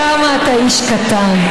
כמה אתה איש קטן.